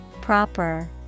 proper